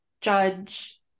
judge